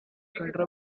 and